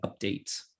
updates